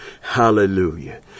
Hallelujah